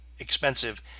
expensive